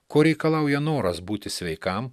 ko reikalauja noras būti sveikam